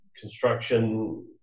construction